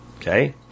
Okay